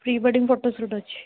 pre wedding photo shoot ଅଛି